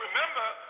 Remember